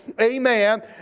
Amen